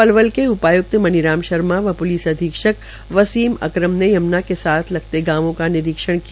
पलवल के उपाय्क्त मनीराम शर्मा व प्लिस अधीक्षक वसीम अकरम ने यम्ना के साथ लगते गांवों का निरीक्षण किया